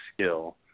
skill